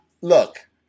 Look